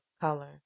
color